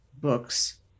books